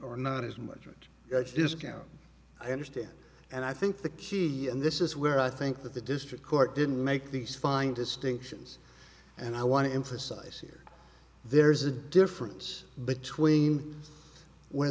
or not as much and i just count i understand and i think the key in this is where i think that the district court didn't make these fine distinctions and i want to emphasize here there is a difference between where